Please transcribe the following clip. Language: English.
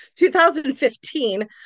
2015